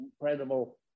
incredible